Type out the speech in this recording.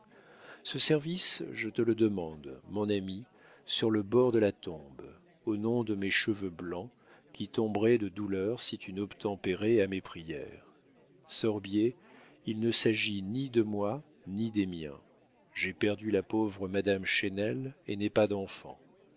ce service je te le demande mon ami sur le bord de la tombe au nom de mes cheveux blancs qui tomberaient de douleur si tu n'obtempérais à mes prières sorbier il ne s'agit ni de moi ni des miens j'ai perdu la pauvre madame chesnel et n'ai pas d'enfants